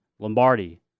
Lombardi